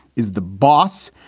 is the boss.